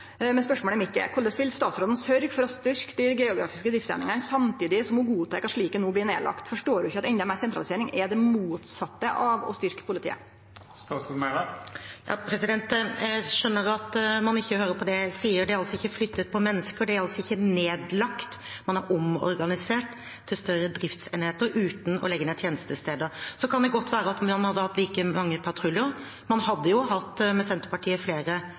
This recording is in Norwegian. Spørsmålet mitt er: Korleis vil statsråden sørgje for å styrkje dei geografiske driftseiningane samtidig som ho godtek at slike no blir lagde ned? Forstår ho ikkje at endå meir sentralisering er det motsette av å styrkje politiet? Jeg skjønner at man ikke hører på det jeg sier. Det er altså ikke flyttet på mennesker, det er ikke nedlagt noe; man har omorganisert til større driftsenheter uten å legge ned tjenestesteder. Så kan det godt være at man hadde hatt like mange patruljer. Man hadde jo med Senterpartiet hatt flere